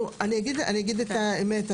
אני אומר את האמת,